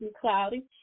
cloudy